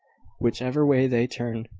whichever way they turn.